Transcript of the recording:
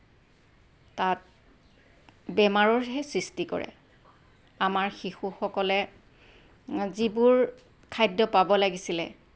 তাত বেমাৰৰহে সৃষ্টি কৰে আমাৰ শিশুসকলে যিবোৰ খাদ্য পাব লাগিছিলে